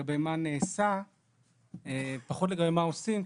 לגבי מה נעשה ופחות לגבי מה עושים,